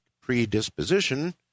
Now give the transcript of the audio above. predisposition